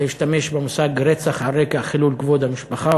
להשתמש במושג "רצח על רקע חילול כבוד המשפחה",